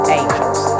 angels